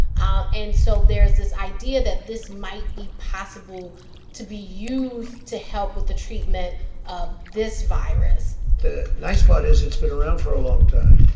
ah and so there's this idea that this might be possible to be used to help with the treatment of this virus the nice part is it's been around for a long time.